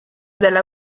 della